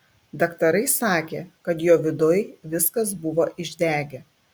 daktarai sakė kad jo viduj viskas buvo išdegę